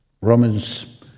Romans